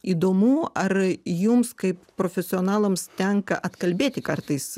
įdomu ar jums kaip profesionalams tenka atkalbėti kartais